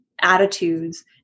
attitudes